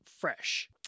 fresh